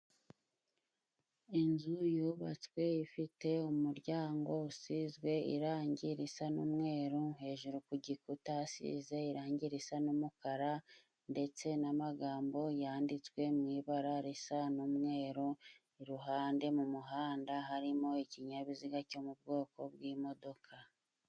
Inzu yubatswe ifite umuryango usizwe irangi risa n'umweru hejuru ku gikuta, asize irangi risa n'umukara ndetse n'amagambo yanditswe mu ibara risa n'umweru, iruhande mu muhanda harimo ikinyabiziga cyo mu bwoko bw'imodoka.